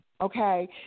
okay